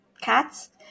cats